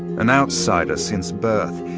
an outsider since birth,